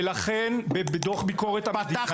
ולכן בדוח ביקורת המדינה